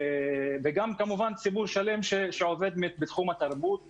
ציבור שלם שעובד בתחום התרבות,